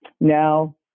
now